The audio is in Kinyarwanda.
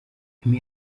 emmy